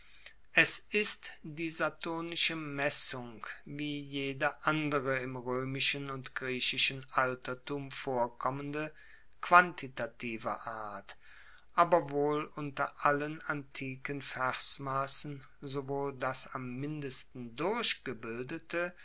es ist die saturnische messung wie jede andere im roemischen und griechischen altertum vorkommende quantitativer art aber wohl unter allen antiken versmassen sowohl das am mindesten